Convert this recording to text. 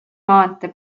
maantee